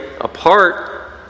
apart